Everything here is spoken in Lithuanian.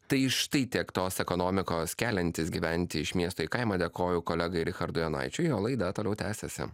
tai štai tiek tos ekonomikos keliantis gyventi iš miesto į kaimą dėkoju kolegai richardui jonaičiui o laida toliau tęsiasi